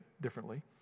differently